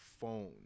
phone